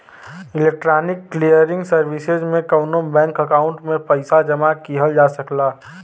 electronic clearing services में कउनो bank account में पइसा जमा किहल जा सकला